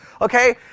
okay